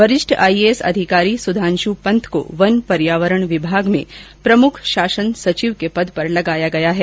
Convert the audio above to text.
वरिष्ठ आईएएस अधिकारी सुधांश पंत को वन पर्यावरण विभाग में प्रमुख शासन सचिव के पद पर लगाया गया है